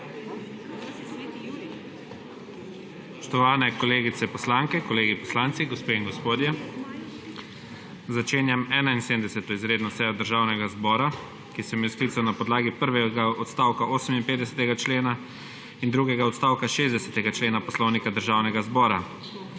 Spoštovani kolegice poslanke, kolegi poslanci, gospe in gospodje! Začenjam 71. izredno sejo Državnega zbora, ki sem jo sklical na podlagi prvega odstavka 58. člena in drugega odstavka 60. člena Poslovnika Državnega zbora.